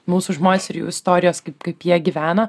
mūsų žmonės ir jų istorijos kaip kaip jie gyveno